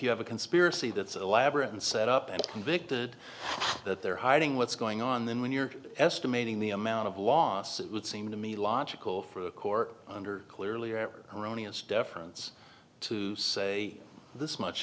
you have a conspiracy that's elaborate and set up and convicted that they're hiding what's going on then when you're estimating the amount of loss it would seem to me logical for a court under clearly or erroneous deference to say this much